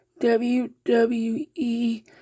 WWE